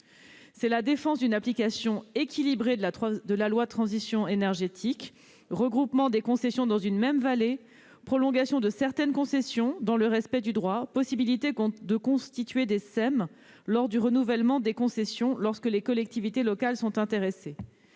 C'est la défense d'une application équilibrée de la loi relative à la transition énergétique : regroupement des concessions dans une même vallée, prolongation de certaines concessions dans le respect du droit, possibilité de constituer des sociétés d'économie mixte lors du renouvellement des concessions, lorsque les collectivités locales sont intéressées.